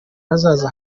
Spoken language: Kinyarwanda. hazaza